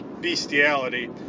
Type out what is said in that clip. Bestiality